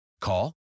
Call